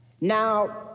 Now